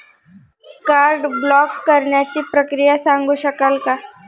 Card block करण्याची प्रक्रिया सांगू शकाल काय?